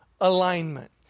alignment